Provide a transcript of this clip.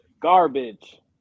Garbage